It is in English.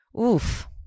Oof